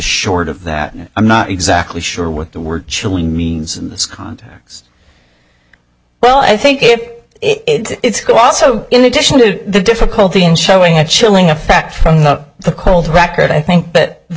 short of that i'm not exactly sure what the word chilling means scott well i think if it's go also in addition to the difficulty in showing a chilling effect from the cold record i think that the